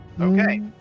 Okay